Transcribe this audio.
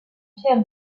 pierre